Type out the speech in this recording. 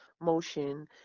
motion